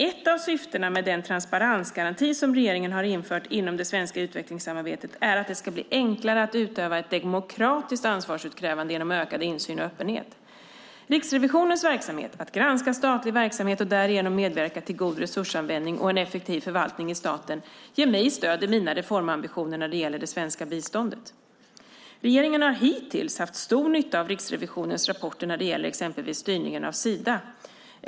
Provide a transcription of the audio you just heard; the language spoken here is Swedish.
Ett av syftena med den transparensgaranti som regeringen har infört inom det svenska utvecklingssamarbetet är att det ska bli enklare att utöva ett demokratiskt ansvarsutkrävande genom ökad insyn och öppenhet. Riksrevisionens verksamhet, att granska statlig verksamhet och därigenom medverka till god resursanvändning och en effektiv förvaltning i staten, ger mig stöd i mina reformambitioner när det gäller det svenska biståndet. Regeringen har hittills haft stor nytta av Riksrevisionens rapporter när det gäller exempelvis styrningen av Sida.